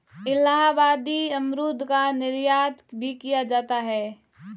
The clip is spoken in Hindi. इलाहाबादी अमरूद का निर्यात भी किया जाता है